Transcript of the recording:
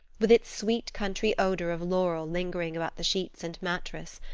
with its sweet country odor of laurel lingering about the sheets and mattress!